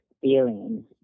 feelings